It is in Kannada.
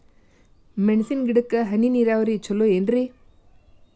ಮೆಣಸಿನ ಗಿಡಕ್ಕ ಹನಿ ನೇರಾವರಿ ಛಲೋ ಏನ್ರಿ?